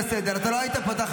קראתי לסדר, אתה לא היית פה.